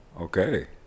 Okay